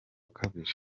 kabiri